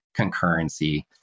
concurrency